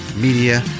Media